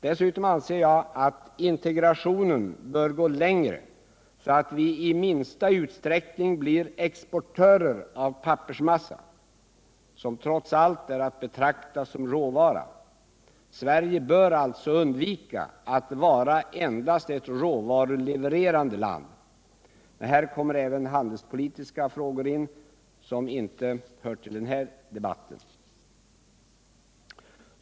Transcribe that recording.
Dessutom anser jag att integrationen bör gå längre, så att vi i minsta utsträckning blir exportörer av pappersmassa, som trots allt är att betrakta som råvara. Sverige bör alltså undvika att vara endast ett råvarulevererande land. Men här kommer även handelspolitiska frågor in som inte hör till den här debatten.